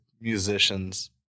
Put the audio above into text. musicians